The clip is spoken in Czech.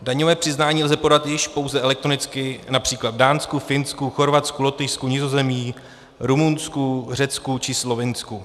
Daňové přiznání lze podat již pouze elektronicky např. v Dánsku, Finsku, Chorvatsku, Lotyšsku, Nizozemí, Rumunsku, Řecku či Slovinsku.